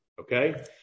okay